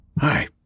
Hi